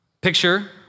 Picture